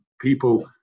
people